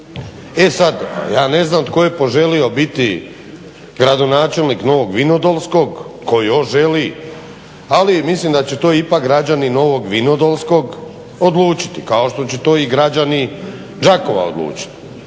E sad, ja ne znam tko je poželio biti gradonačelnik Novog Vinodolskog, tko još želi, ali mislim da će to ipak građani Novog Vinodolskog odlučiti, kao što će to i građani Đakova odlučit.